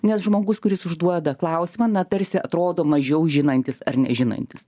nes žmogus kuris užduoda klausimą na tarsi atrodo mažiau žinantis ar nežinantis